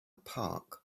park